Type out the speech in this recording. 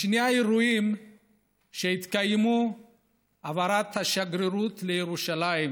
בשני אירועים שהתקיימו להעברת השגרירות לירושלים